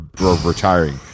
retiring